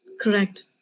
Correct